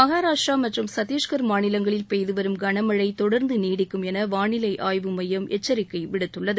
மகாராஷ்டிரா மற்றும் சத்தீஷ்கர் மாநிலங்களில் பெய்து வரும் கனமழை தொடர்ந்து நீடிக்கும் என வானிலை ஆய்வு மையம் எச்சரிக்கை விடுத்துள்ளது